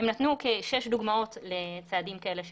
הם נתנו כשש דוגמאות לצעדים כאלה שננקטו,